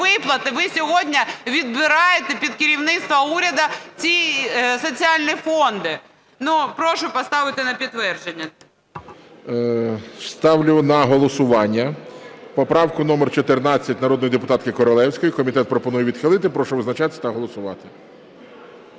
ви сьогодні відбираєте під керівництво уряду ці соціальні фонди. Прошу поставити на підтвердження. ГОЛОВУЮЧИЙ. Ставлю на голосування поправку номер 14 народної депутатки Королевської. Комітет пропонує відхилити. Прошу визначатись та голосувати.